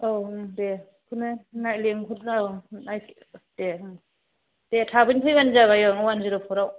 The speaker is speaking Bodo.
औ दे बेखौनो नाय लेंहरदों औ नायफै दे दे थाबैनो फैबानो जाबाय अवान जिर' पराव